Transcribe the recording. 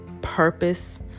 purpose